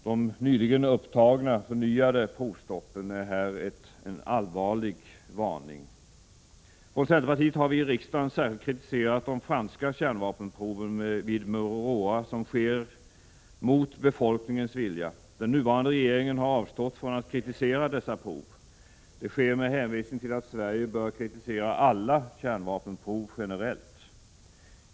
De nyligen återupptagna provsprängningarna är här en allvarlig varning. Från centerpartiet har vi i riksdagen särskilt kritiserat de franska kärnvapenproven vid Mururoa, som sker mot befolkningens vilja. Den nuvarande regeringen har avstått från att kritisera dessa prov. Det sker med hänvisning till att Sverige bör kritisera alla kärnvapenprov generellt.